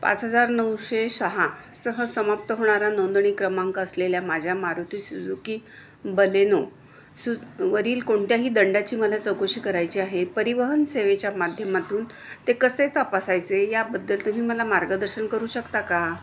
पाच हजार नऊशे सहा सह समाप्त होणारा नोंदणी क्रमांक असलेल्या माझ्या मारुती सुजुकी बलेनो सु वरील कोणत्याही दंडाची मला चौकशी करायची आहे परिवहन सेवेच्या माध्यमातून ते कसे तपासायचे याबद्दल तुम्ही मला मार्गदर्शन करू शकता का